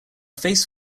face